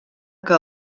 que